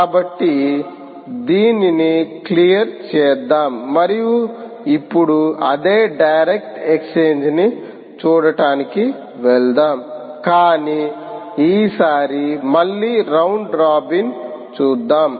కాబట్టి దీనిని క్లియర్ చేద్దాం మరియు ఇప్పుడు అదే డైరెక్ట్ ఎక్స్ఛేంజ్ ని చూడటానికి వెళ్దాం కానీ ఈసారి మళ్ళీ రౌండ్ రాబిన్ చుదాము